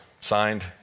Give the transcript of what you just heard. Signed